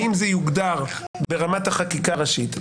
האם זה יוגדר ברמת החקיקה הראשית,